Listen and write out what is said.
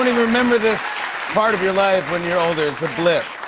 remember this part of your life when you're older. it's a blip.